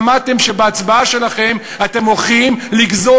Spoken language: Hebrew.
שמעתם שבהצבעה שלכם אתם הולכים לגזור